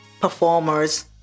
performers